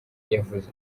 yavuze